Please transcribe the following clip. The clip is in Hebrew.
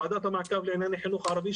ועדת המעקב לענייני החינוך הערבי,